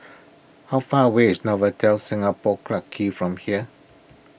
how far away is Novotel Singapore Clarke Quay from here